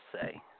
say